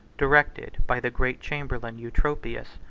directed by the great chamberlain eutropius,